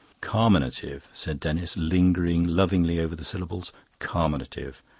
carminative, said denis, lingering lovingly over the syllables, carminative.